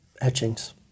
etchings